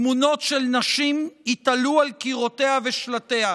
תמונות של נשים ייתלו על קירותיה ושלטיה.